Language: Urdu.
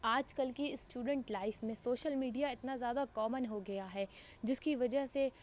آج کل کی اسٹوڈنٹ لائف میں سوشل میڈیا اتنا زیادہ کامن ہوگیا ہے جس کی وجہ سے